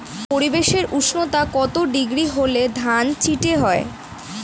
পরিবেশের উষ্ণতা কত ডিগ্রি হলে ধান চিটে হয়?